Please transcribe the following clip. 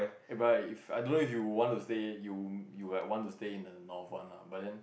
but if I don't know if you want to stay you you want to stay in the north but then